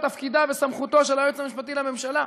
תפקידיו וסמכותו של היועץ המשפטי לממשלה.